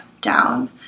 down